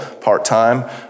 part-time